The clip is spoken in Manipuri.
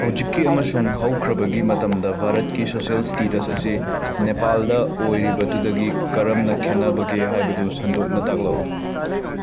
ꯍꯧꯖꯤꯛꯀꯤ ꯑꯃꯁꯨꯡ ꯍꯧꯈ꯭ꯔꯕꯒꯤ ꯃꯇꯝꯗ ꯚꯥꯔꯠꯀꯤ ꯁꯣꯁꯤꯌꯦꯜ ꯏꯁꯇꯦꯇꯁ ꯑꯁꯤ ꯅꯦꯄꯥꯜꯗ ꯑꯣꯏꯔꯤꯕꯗꯨꯗꯒꯤ ꯀꯔꯝꯅ ꯈꯦꯠꯅꯕꯒꯦ ꯍꯥꯏꯕꯁꯨ ꯁꯟꯗꯣꯛꯅ ꯇꯥꯛꯂꯛꯎ